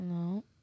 No